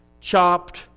chopped